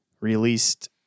released